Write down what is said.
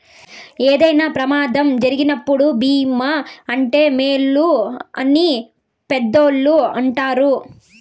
ఏదైనా ప్రమాదం జరిగినప్పుడు భీమా ఉంటే మేలు అని పెద్దోళ్ళు అంటారు